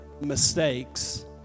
mistakes